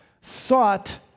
sought